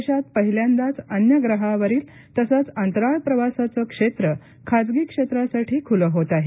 देशात पहिल्यांदाच अन्य ग्रहावरील तसंच अंतराळ प्रवासाचं क्षेत्र खाजगी क्षेत्रासाठी खुलं होत आहे